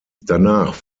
danach